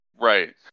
right